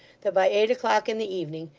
that by eight o'clock in the evening,